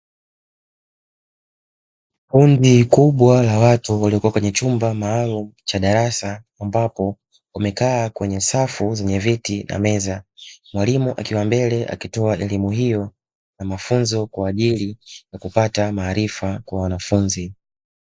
Kundi kubwa la watu waliokua katika chumba maalumu cha darasa, ambapo wamekaa kwenye safu za viti na meza, mwalimu akiwa mbele akitoa elimu hiyo na mafunzo, kwa ajili ya kupata maarifa kwa wanafunzi.